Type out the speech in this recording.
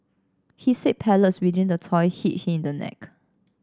he said pellets within the toy hit him in the neck